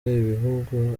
ibihugu